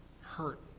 hurt